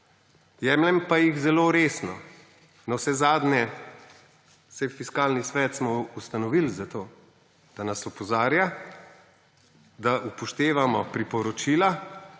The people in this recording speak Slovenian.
jemljem pa jih zelo resno. Navsezadnje, saj Fiskalni svet smo ustanovili za to, da nas opozarja, da upoštevamo priporočila,